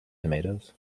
tomatoes